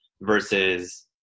versus